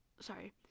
Sorry